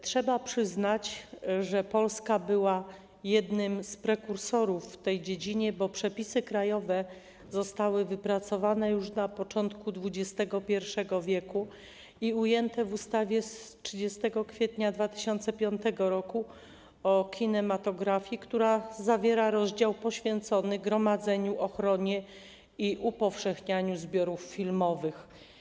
Trzeba przyznać, że Polska była jednym z prekursorów w tej dziedzinie, bo przepisy krajowe zostały wypracowane już na początku XXI w. i ujęte w ustawie z 30 kwietnia 2005 r. o kinematografii, która zawiera rozdział poświęcony gromadzeniu, ochronie i upowszechnianiu zbiorów filmowych.